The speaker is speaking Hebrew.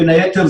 בין היתר,